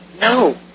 No